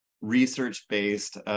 research-based